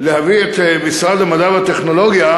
להביא את משרד המדע והטכנולוגיה